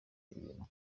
ibintu